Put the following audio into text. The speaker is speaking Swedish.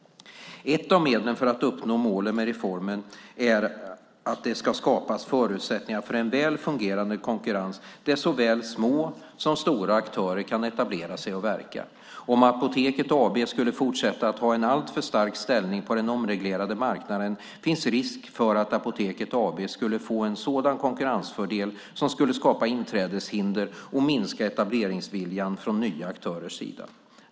Ett av medlen för att uppnå målen med reformen är att det ska skapas förutsättningar för en väl fungerande konkurrens där såväl små som stora aktörer kan etablera sig och verka. Om Apoteket AB skulle fortsätta att ha en alltför stark ställning på den omreglerade marknaden finns risk för att Apoteket AB skulle få en sådan konkurrensfördel som skulle skapa inträdeshinder och minska etableringsviljan från nya aktörers sida.